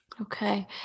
Okay